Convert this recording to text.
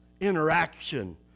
interaction